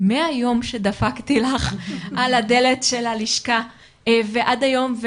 מהיום שדפקתי לך על הדלת של הלשכה ועד היום.